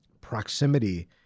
proximity